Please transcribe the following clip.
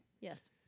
Yes